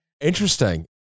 Interesting